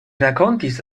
rakontis